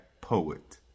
poet